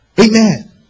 Amen